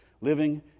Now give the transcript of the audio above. living